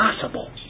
possible